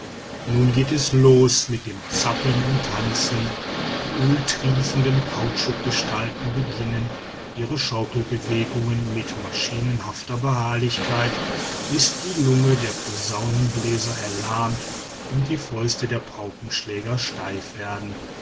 nun geht es los mit dem zappeln und tanzen die öltriefenden kautschukgestalten beginnen ihre schaukelbewegungen mit maschinenhafter beharrlichkeit bis die lunge der posaunenbläser erlahmt und die fäuste der paukenschläger steif werden